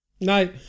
No